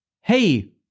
Hey